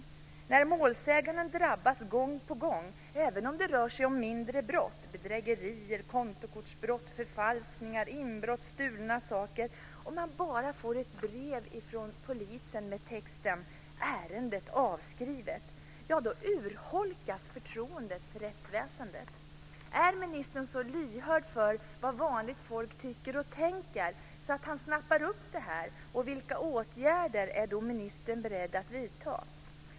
Det finns målsägare som gång på gång drabbas - även om det rör sig om mindre brott: bedrägerier, kontokortsbrott, förfalskningar, inbrott, stölder - och bara får ett brev från polisen med texten "ärendet avskrivet". Då urholkas förtroendet för rättsväsendet. Är ministern så lyhörd för vad vanligt folk tycker och tänker att han snappar upp detta, och vilka åtgärder är han i så fall beredd att vidta?